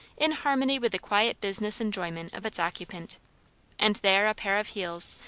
in harmony with the quiet business enjoyment of its occupant and there a pair of heels,